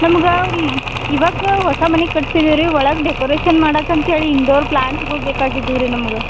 ನಮಗ ಹ್ಞೂ ಇವಾಗ ಹೊಸ ಮನಿ ಕಟ್ಸಿದೀವ್ ರೀ ಒಳಗೆ ಡೆಕೊರೇಷನ್ ಮಾಡೋಕ್ ಅಂತ್ಹೇಳಿ ಇಂಡೋರ್ ಪ್ಲಾಂಟ್ಸುಗಳ್ ಬೇಕಾಗಿದ್ದವು ರೀ ನಮ್ಗೆ